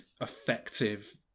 effective